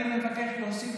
אני מבקש להוסיף